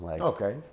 Okay